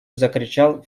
закричал